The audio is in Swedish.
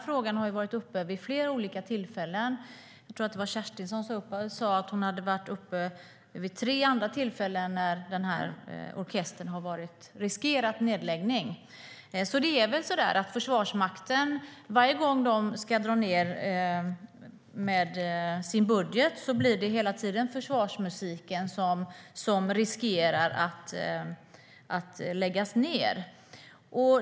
Frågan har varit uppe vid flera olika tillfällen. Jag tror att det var Kerstin som sade att hon hade varit uppe vid tre tillfällen då den här orkestern har riskerat nedläggning. Varje gång Försvarsmakten ska dra ned i sin budget riskerar försvarsmusiken att läggas ned.